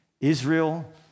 Israel